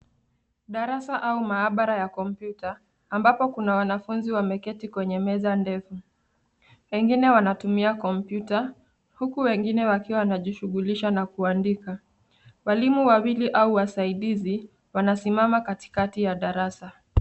Darasa au maabara ya kompyuta ambapo kuna wanafunzi wameketi kwenye meza ndefu. Wengine wanatumia kompyuta huku wengine wakiwa wanajishughulisha na kuandika. Walimu wawili au wasaidizi wanasimama katikati ya darasa.